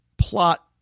plot